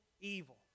evil